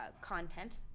content